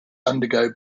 undergo